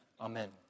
amen